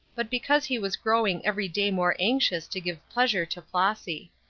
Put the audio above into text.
but because he was growing every day more anxious to give pleasure to flossy.